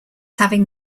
having